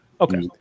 Okay